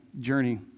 journey